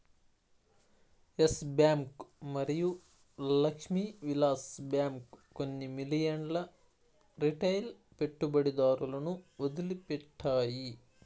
yes bank మరియు Lakshmi Vilas bank కొన్ని మిలియన్ల రిటైల్ పెట్టుబడిదారులను వదిలిపెట్టాయి